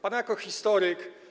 Pan jako historyk.